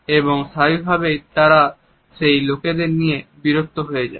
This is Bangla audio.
এবং স্বাভাবিক ভাবেই তারা সেই লোকদের নিয়ে বিরক্ত হয়ে যায়